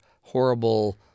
horrible